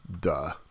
duh